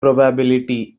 probability